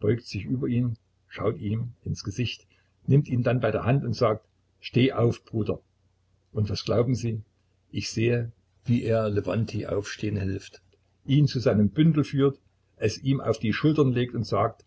beugt sich über ihn schaut ihm ins gesicht nimmt ihn dann bei der hand und sagt steh auf bruder und was glauben sie ich sehe wie er lewontij aufstehen hilft ihn zu seinem bündel führt es ihm auf die schultern legt und sagt